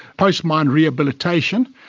post mine rehabilitation.